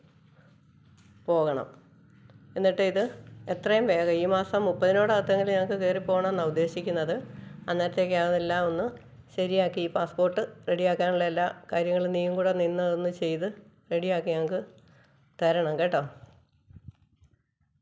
പോകണം എന്നിട്ട് ഇത് എത്രയും വേഗം ഈ മാസം മുപ്പതിനോട് അടുത്തെങ്കിലും ഞങ്ങള്ക്ക് കയറി പോണോന്നാ ഉദ്ദേശിക്കുന്നത് അന്നേരത്തേക്ക് അതെല്ലാം ഒന്ന് ശരിയാക്കി പാസ്പോര്ട്ട് റെഡിയാക്കാനുള്ള എല്ലാ കാര്യങ്ങളും നീയും കൂടെ നിന്ന് അതൊന്ന് ചെയ്ത് റെഡിയാക്കി ഞങ്ങള്ക്ക് തരണം കേട്ടോ